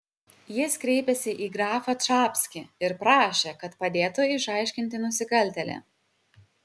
jis kreipėsi į grafą čapskį ir prašė kad padėtų išaiškinti nusikaltėlį